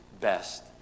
best